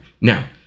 Now